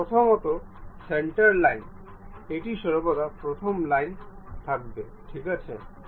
প্রথমত centre line এটি সর্বদা প্রথম লাইন থাকবে ঠিক আছে